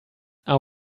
are